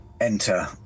enter